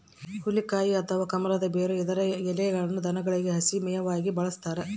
ಹುಲಿಕಾಯಿ ಅಥವಾ ಕಮಲದ ಬೇರು ಇದರ ಎಲೆಯನ್ನು ದನಗಳಿಗೆ ಹಸಿ ಮೇವಾಗಿ ಬಳಸ್ತಾರ